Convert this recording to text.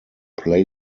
play